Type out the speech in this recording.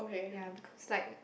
ya because like